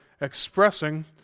expressing